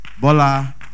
Bola